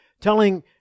telling